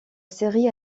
série